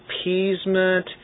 appeasement